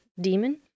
demon